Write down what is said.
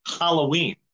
Halloween